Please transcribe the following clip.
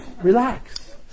Relax